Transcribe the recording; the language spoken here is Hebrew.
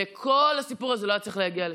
וכל הסיפור הזה לא היה צריך להגיע לשם.